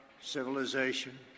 civilization